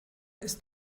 ist